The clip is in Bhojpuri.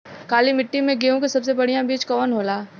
काली मिट्टी में गेहूँक सबसे बढ़िया बीज कवन होला?